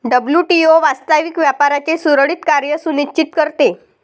WTO वास्तविक व्यापाराचे सुरळीत कार्य सुनिश्चित करते